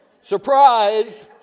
Surprise